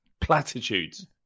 platitudes